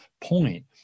point